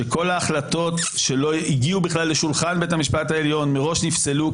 שכל ההחלטות שלא הגיעו בכלל לשולחן בית המשפט העליון נפסלו מראש,